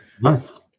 nice